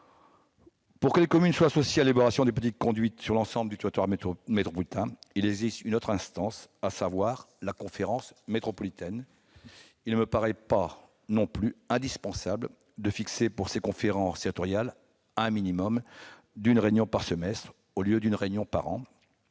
Pour que les communes soient associées à l'élaboration des politiques conduites sur l'ensemble du territoire métropolitain, il existe une autre instance : la conférence métropolitaine. Il ne me paraît pas non plus indispensable de fixer, pour ces conférences territoriales, un minimum d'une réunion par semestre au lieu d'une réunion par an.